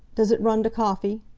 does it run to coffee?